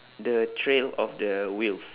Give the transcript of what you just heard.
the trail of the wheels